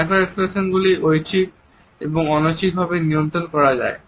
micro এক্সপ্রেশনগুলি ঐচ্ছিক ও অনৈচ্ছিক ভাবে নিয়ন্ত্রণ করা যায়